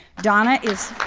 donna is